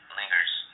lingers